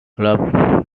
malice